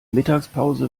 mittagspause